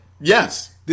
yes